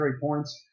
points